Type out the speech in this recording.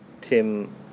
Tim